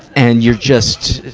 and you're just,